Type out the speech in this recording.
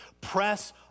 Press